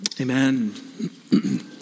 Amen